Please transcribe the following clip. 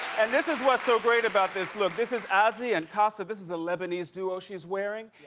and this is what's so great about this look, this is azzi and osta, this is a lebanese duo she's wearing.